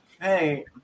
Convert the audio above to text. Hey